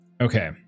Okay